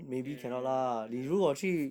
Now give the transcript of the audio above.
okay okay ya ya ya